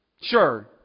Sure